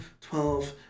twelve